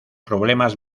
problemas